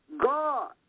God